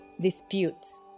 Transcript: disputes